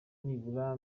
nibura